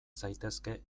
zaitezke